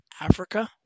Africa